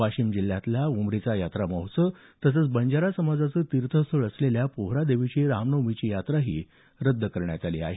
वाशिम जिल्ह्यातला उमरीचा यात्रा महोत्सव तसंच बंजारा समाजाचं तीर्थस्थळ असलेल्या पोहरादेवीची रामनवमीची यात्राही रद्द करण्यात आली आहे